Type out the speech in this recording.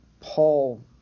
Paul